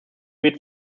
wird